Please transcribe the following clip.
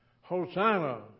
Hosanna